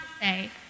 say